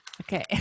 okay